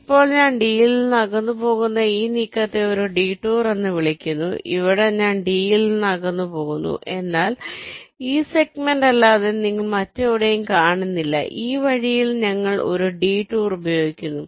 ഇപ്പോൾ ഞാൻ ഡിയിൽ നിന്ന് അകന്നുപോകുന്ന ഈ നീക്കത്തെ ഒരു ഡിടൂർ എന്ന് വിളിക്കുന്നു ഇവിടെ ഞാൻ ഡിയിൽ നിന്ന് അകന്നുപോകുന്നു എന്നാൽ ഈ സെഗ്മെന്റ് അല്ലാതെ നിങ്ങൾ മറ്റെവിടെയും കാണുന്നില്ല ഈ വഴിയിൽ ഞങ്ങൾ ഒരു ഡിടൂർ ഉപയോഗിക്കുന്നു